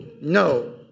No